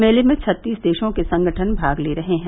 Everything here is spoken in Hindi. मेले में छत्तीस देशों के संगठन भाग ले रहे हैं